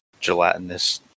Gelatinous